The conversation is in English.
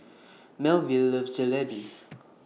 Melville loves Jalebi